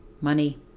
money